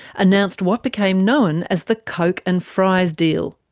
announced what became known as the coke and fries deal.